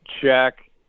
check